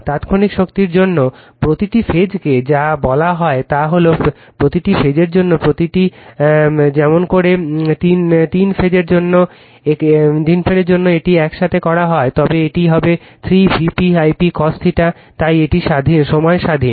তাত্ক্ষণিক শক্তির জন্য প্রতিটি ফেজকে যা বলা হয় তা হল প্রতিটি ফেজের জন্য প্রতিটি যেমন করে সময় পড়ুন 1047 তিন ফেজের জন্য যদি এটি একসাথে করা হয় তবে এটি হবে 3 Vp I p cos θ তাই এটি সময় স্বাধীন